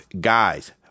Guys